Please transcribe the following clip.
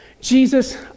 Jesus